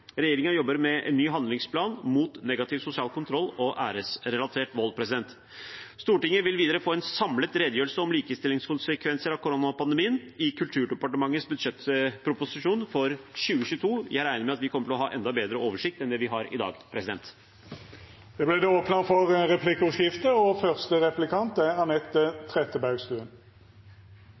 jobber med en ny handlingsplan mot negativ sosial kontroll og æresrelatert vold. Stortinget vil få en samlet redegjørelse om likestillingskonsekvenser av koronapandemien i Kulturdepartementets budsjettproposisjon for 2022. Jeg regner med at vi da kommer til å ha enda bedre oversikt enn det vi har i dag. Det vert replikkordskifte. Likestillingsministeren nevnte også LHBTI-området i sin redegjørelse og